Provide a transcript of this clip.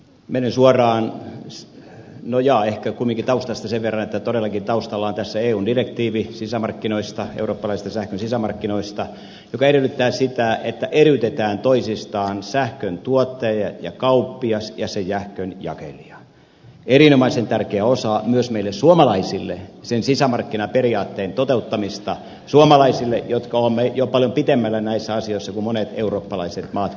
menin suoraan miss no jaa ehkä kun taustasta sen verran että todellakin tässä taustalla on eun direktiivi sisämarkkinoista eurooppalaisista sähkön sisämarkkinoista ja se edellyttää sitä että eriytetään toisistaan sähkön tuottaja ja kauppias ja se sähkön jakelija erinomaisen tärkeä osa myös meille suomalaisille sen sisämarkkinaperiaatteen toteuttamista suomalaisille jotka olemme jo paljon pitemmällä näissä asioissa kuin monet eurooppalaiset maat konsanaan